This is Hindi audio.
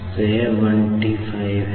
तो यह 15T है